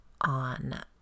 on